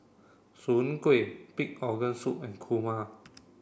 Soon Kway Pig Organ Soup and Kurma